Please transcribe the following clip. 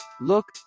look